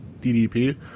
DDP